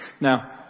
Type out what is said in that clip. Now